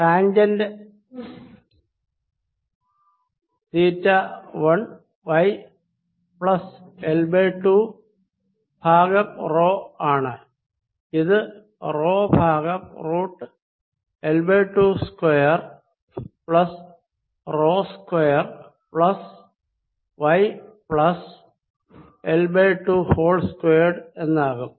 tangent theta 1 y plus L by two ഭാഗം rho ആണ് ഇത് റോ ഭാഗം root L by 2 square plus rho square plus y plus L by two whole squared എന്നാകും